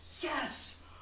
Yes